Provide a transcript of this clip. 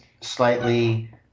slightly